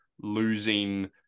losing